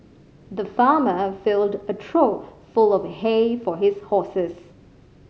the farmer filled a trough full of hay for his horses